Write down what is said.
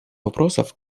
вопросов